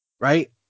right